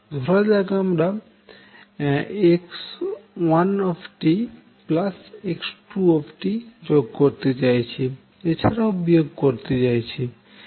ধরাযাক আমরা x1 x2 যোগ করতে চাইচ্ছি এছাড়াও বিয়োগ করতে চাইচ্ছি